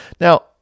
Now